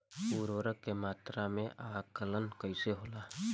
उर्वरक के मात्रा के आंकलन कईसे होला?